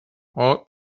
all